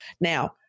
Now